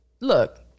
look